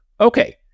Okay